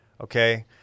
okay